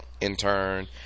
intern